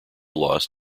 lost